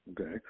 okay